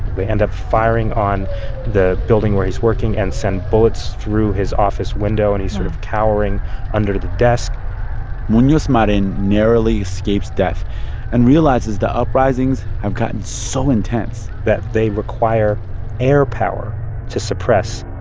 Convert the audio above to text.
they end up firing on the building where he's working and send bullets through his office window. wow. and he's sort of cowering under the desk munoz marin narrowly escapes death and realizes the uprisings have gotten so intense. that they require air power to suppress.